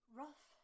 rough